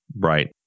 Right